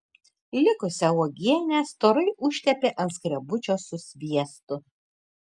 likusią uogienę storai užtepė ant skrebučio su sviestu